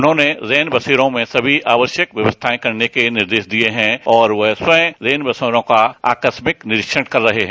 उन्होंने रैन बसेरों में सभी आवश्यक व्यवस्थाएं करने के निर्देश दिए हैं और वह स्वयं रैन बसेरों का आकस्मिक निरीक्षण कर रहे हैं